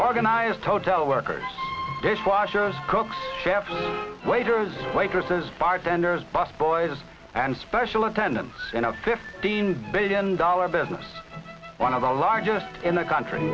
organized hotel workers dishwashers cooks chef waiters waitresses bartenders bus boys and special attendants in a fifteen billion dollar business one of the largest in the country